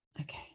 Okay